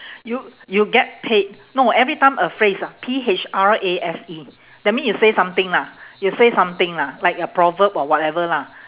you you get paid no every time a phrase ah P H R A S E that mean you say something lah you say something lah like a proverb or whatever lah